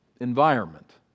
environment